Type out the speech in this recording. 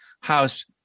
house